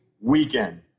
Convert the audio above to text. weekend